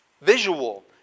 visual